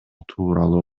тууралуу